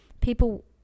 people